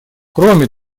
кроме